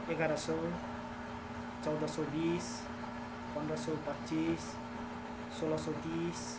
एघार सय चौध सय बिस पन्ध्र सय पच्चिस सोह्र सय तिस